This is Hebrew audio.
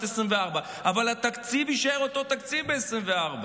2024. אבל התקציב יישאר אותו תקציב ב-2024.